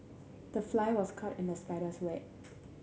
the fly was caught in the spider's web